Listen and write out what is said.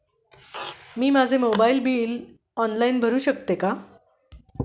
मी माझे mobile bill online भरू शकते का?